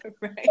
Right